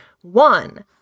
One